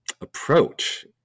approach